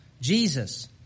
Jesus